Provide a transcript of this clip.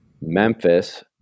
Memphis